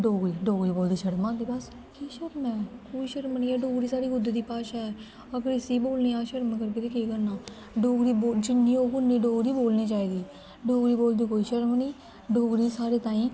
डोगरी डोगरी बोलदे शरम औंदी दस्स केह् शरम ऐ कोई शरम निं ऐ डोगरी साढ़ी खुद दी भाशा ऐ अगर इस्सी बोलने गी अह् शरम करगे ते केह् करना डोगरी बो जिन्नी होग उन्नी डोगरी बोलनी चाहिदी डोगरी बोलदे कोई शरम निं डोगरी साढ़े ताईं